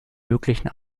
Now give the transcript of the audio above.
möglichen